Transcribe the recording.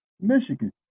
Michigan